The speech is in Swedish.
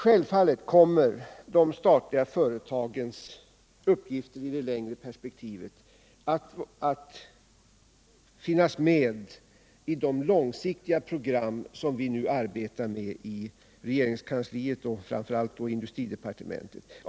Självfallet kommer de statliga företagens uppgifter i det längre perspektivet att finnas med i det långsiktiga program som vi nu arbetar med i regeringskansliet, framför allt i industridepartementet.